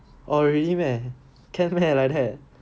oh really meh then why like that